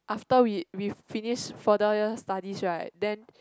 after we we finish further year studies right then